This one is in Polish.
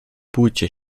bójcie